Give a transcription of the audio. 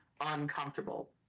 uncomfortable